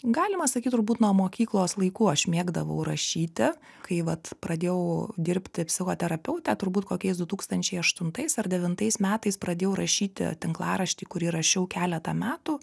galima sakyt turbūt nuo mokyklos laikų aš mėgdavau rašyti kai vat pradėjau dirbti psichoterapeute turbūt kokiais du tūkstančiai aštuntais ar devintais metais pradėjau rašyti tinklaraštį kurį rašiau keletą metų